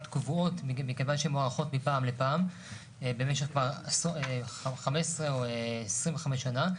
קבועות מכיוון שהן מוארכות מפעם לפעם במשך 15 או 25 שנה.